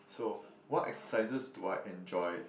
so what exercises do I enjoy